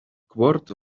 quart